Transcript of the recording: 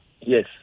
Yes